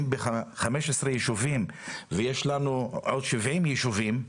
אם ב-15 ישובים ויש לנו עוד 70 ישובים,